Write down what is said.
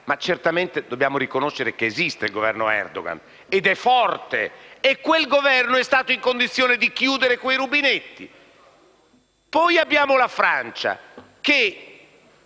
ma certamente dobbiamo riconoscere che esiste ed è forte. Quel Governo è stato in condizione di chiudere quei rubinetti. Poi abbiamo la Francia che